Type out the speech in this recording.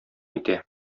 итә